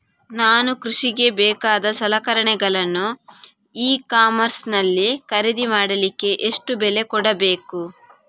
ನಾನು ಕೃಷಿಗೆ ಬೇಕಾದ ಸಲಕರಣೆಗಳನ್ನು ಇ ಕಾಮರ್ಸ್ ನಲ್ಲಿ ಖರೀದಿ ಮಾಡಲಿಕ್ಕೆ ಎಷ್ಟು ಬೆಲೆ ಕೊಡಬೇಕು?